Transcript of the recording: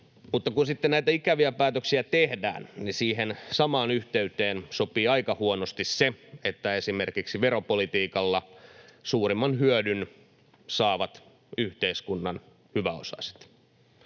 Mutta kun sitten näitä ikäviä päätöksiä tehdään, niin siihen samaan yhteyteen sopii aika huonosti se, että esimerkiksi veropolitiikalla suurimman hyödyn saavat yhteiskunnan hyväosaiset.